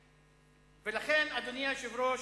לכן, אדוני היושב-ראש,